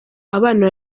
abana